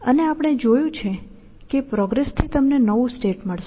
અને આપણે જોયું છે કે પ્રોગ્રેસ થી તમને નવું સ્ટેટ મળશે